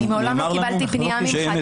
מעולם לא קיבלתי פנייה ממך.